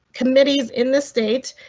committees in the state.